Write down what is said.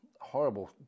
horrible